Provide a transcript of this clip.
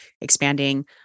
expanding